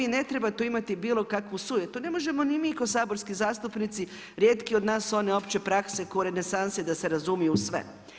I ne treba tu imati bilo kakvu sujetu, ne možemo ni mi kao saborski zastupnici rijetki od nas su oni opće prakse ko u renesansi da se razumiju u sve.